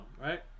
right